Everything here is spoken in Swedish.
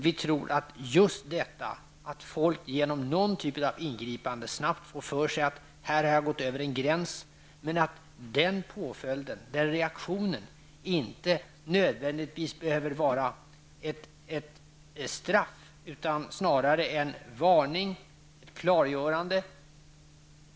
Vi tror att just det förhållandet att folk genom någon typ av ingripande snabbt får klart för sig att man gått över en gräns är betydelsefullt, men den reaktionen behöver inte nödvändigtvis vara ett straff utan bör snarare vara en varning eller ett klargörande.